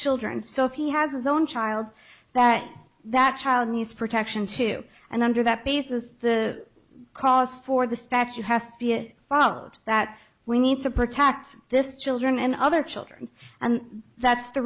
children so if he has his own child that that child needs protection to and under that basis the cause for the statute has followed that we need to protect this children and other children and that's the